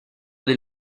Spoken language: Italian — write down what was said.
del